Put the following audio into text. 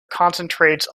concentrates